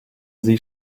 sie